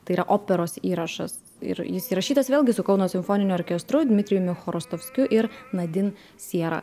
tai yra operos įrašas ir jis įrašytas vėlgi su kauno simfoniniu orkestru dmitrijumi chvorostovskiu ir nadin siera